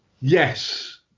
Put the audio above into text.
Yes